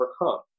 overcome